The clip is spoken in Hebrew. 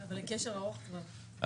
אבל לקשר ארוך טווח זה